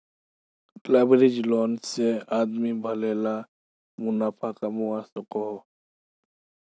leveraged loan से आदमी भले ला मुनाफ़ा कमवा सकोहो